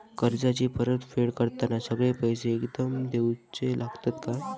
कर्जाची परत फेड करताना सगळे पैसे एकदम देवचे लागतत काय?